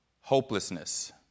hopelessness